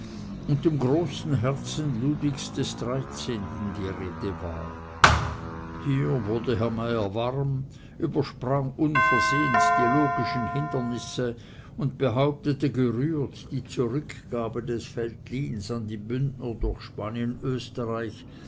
und dem großen herzen ludwigs xiii die rede war hier wurde herr meyer warm übersprang unversehens die logischen hindernisse und behauptete gerührt die zurückgabe des veltlins an die bündner durch spanien österreich